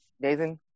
Nathan